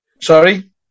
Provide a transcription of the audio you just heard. sorry